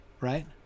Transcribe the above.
Right